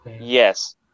Yes